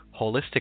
holistic